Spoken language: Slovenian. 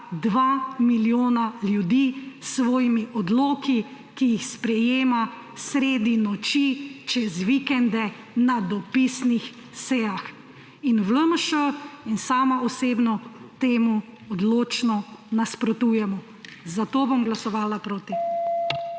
2 milijona ljudi s svojimi odloki, ki jih sprejema sredi noči, čez vikende na dopisnih sejah. V LMŠ in sama osebno temu odločno nasprotujemo, zato bom glasovala proti.